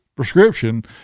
prescription